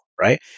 right